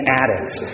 addicts